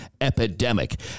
epidemic